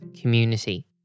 community